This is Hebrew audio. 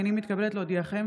הינני מתכבדת להודיעכם,